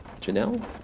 Janelle